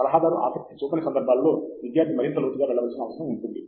సలహాదారు ఆసక్తి చూపని సందర్భాలలో విద్యార్థి మరింత లోతుగా వెళ్ళవలసిన అవసరం ఉంటుంది